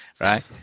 right